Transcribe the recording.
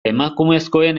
emakumezkoen